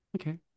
Okay